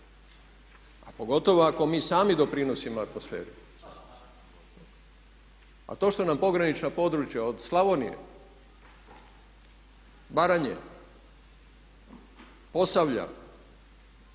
A pogotovo ako mi sami doprinosimo atmosferi. A to što nam pogranična područja od Slavonije, Baranje, Posavlja,